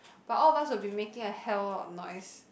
but all of us will be making a hell of noise